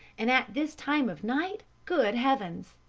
and at this time of night! good heavens!